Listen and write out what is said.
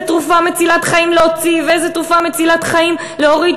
תרופה מצילת חיים להוציא ואיזו תרופה מצילת חיים להוריד.